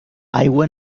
aigua